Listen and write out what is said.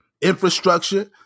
infrastructure